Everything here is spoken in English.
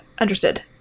understood